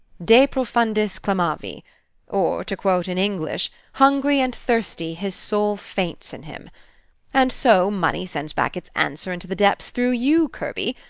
de profundis clamavi or, to quote in english, hungry and thirsty, his soul faints in him and so money sends back its answer into the depths through you, kirby!